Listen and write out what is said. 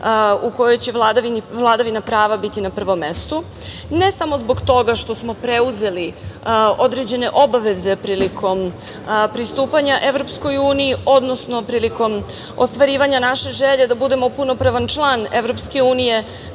u kojoj će vladavina prava biti na prvom mestu ne samo zbog toga što smo preuzeli određene obaveze prilikom pristupanja EU, odnosno prilikom ostvarivanja naše želje da budemo punopravan član EU, već